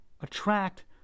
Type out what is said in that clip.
attract